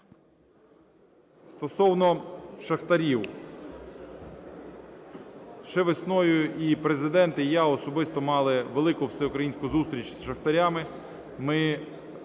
Стосовно шахтарів. Ще весною і Президент, і я особисто мали велику всеукраїнську зустріч з шахтарями.